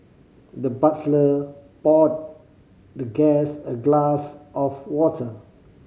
the butler poured the guest a glass of water